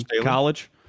college